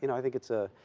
you know i think it's a,